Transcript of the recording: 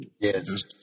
Yes